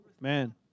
Man